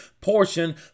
portion